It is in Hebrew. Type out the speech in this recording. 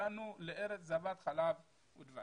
שהגענו לארץ זבת חלב ודבש.